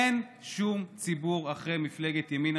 אין שום ציבור אחרי מפלגת ימינה,